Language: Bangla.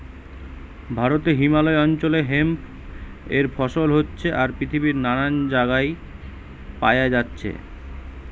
ভারতে হিমালয় অঞ্চলে হেম্প এর ফসল হচ্ছে আর পৃথিবীর নানান জাগায় পায়া যাচ্ছে